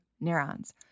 neurons